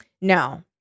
no